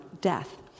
death